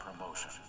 promotion